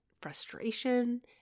frustration